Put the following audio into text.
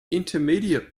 intermediate